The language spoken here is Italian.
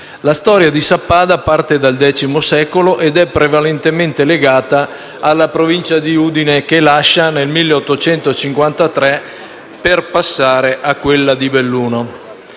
La storia di Sappada parte dal X secolo ed è prevalentemente legata alla Provincia di Udine, che lascia nel 1852, per passare a quella di Belluno.